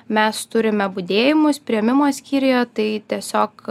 mes turime budėjimus priėmimo skyriuje tai tiesiog